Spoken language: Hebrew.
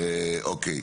אוקיי,